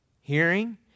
hearing